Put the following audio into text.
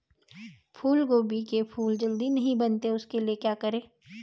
फूलगोभी के फूल जल्दी नहीं बनते उसके लिए क्या करें?